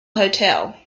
hotel